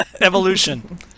Evolution